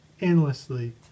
endlessly